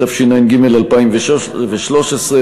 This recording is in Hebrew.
התשע"ג 2013,